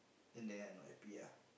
then they are not happy ah